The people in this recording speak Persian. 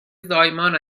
زایمان